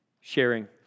Sharing